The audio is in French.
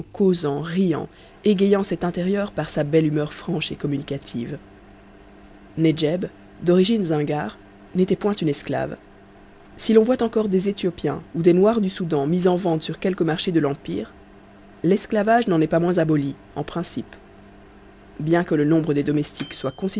causant riant égayant cet intérieur par sa belle humeur franche et communicative nedjeb d'origine zingare n'était point une esclave si l'on voit encore des éthiopiens ou des noirs du soudan mis en vente sur quelques marchés de l'empire l'esclavage n'en est pas moins aboli en principe bien que le nombre des domestiques soit